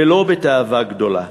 ולא בתאווה גדולה.